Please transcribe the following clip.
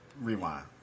rewind